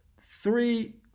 three